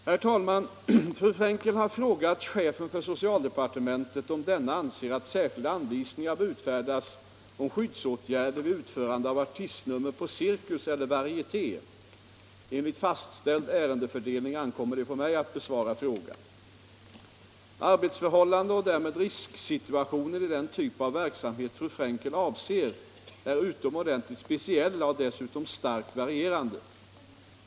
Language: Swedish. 355, vill herr socialministern, och anförde: Herr talman! Fru Frenkel har frågat chefen för socialdepartementet om denne anser att särskilda anvisningar bör utfärdas om skyddsåtgärder vid utförande av artistnummer på cirkus eller varieté. Enligt fastställd ärendefördelning ankommer det på mig att besvara frågan. Arbetsförhållandena och därmed risksituationerna i den typ av verksamhet fru Frenkel avser är utomordentligt speciella och dessutom starkt varierande.